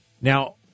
Now